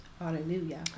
Hallelujah